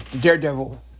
Daredevil